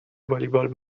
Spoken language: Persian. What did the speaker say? والیبال